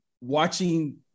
Watching